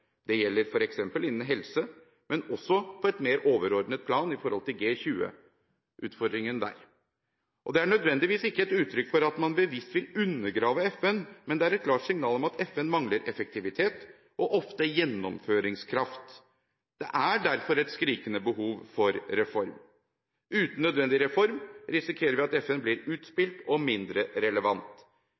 Det gjelder f.eks. innen helse, men også på et mer overordnet plan i forhold til G20 og utfordringene der. Det er ikke nødvendigvis et uttrykk for at man bevisst vil undergrave FN, men det er et klart signal om at FN mangler effektivitet og ofte gjennomføringskraft. Det er derfor et skrikende behov for reform. Uten nødvendig reform risikerer vi at FN blir utspilt og mindre relevant.